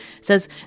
says